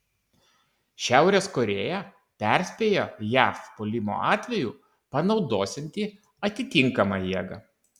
šiaurės korėja perspėjo jav puolimo atveju panaudosianti atitinkamą jėgą